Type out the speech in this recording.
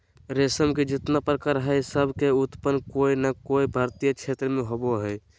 रेशम के जितना प्रकार हई, सब के उत्पादन कोय नै कोय भारतीय क्षेत्र मे होवअ हई